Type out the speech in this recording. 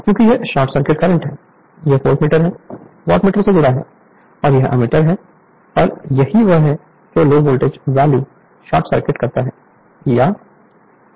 क्योंकि यह short circuit current है यह वोल्मीटर है वॉटमीटर से जुड़ा है और यह एमीटर है और यही वह है जो low voltage value short circuit कहता है यह शॉर्टेड है